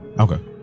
Okay